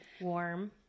warm